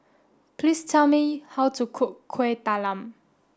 please tell me how to cook Kueh Talam